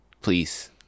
please